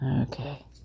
okay